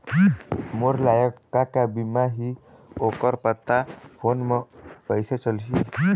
मोर लायक का का बीमा ही ओ कर पता फ़ोन म कइसे चलही?